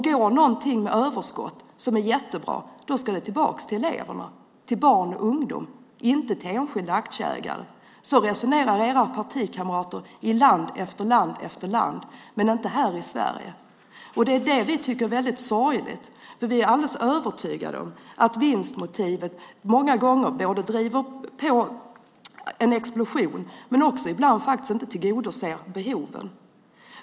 Går någonting med överskott som är jättebra ska det tillbaka till eleverna, till barn och ungdom, inte till enskilda aktieägare. Så resonerar era partikamrater i land efter land, men inte här i Sverige. Det är det vi tycker är väldigt sorgligt. Vi är alldeles övertygade om att vinstmotivet både driver på en explosion och ibland inte tillgodoser behoven.